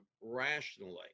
rationally